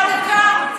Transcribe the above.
את ליצנית החצר,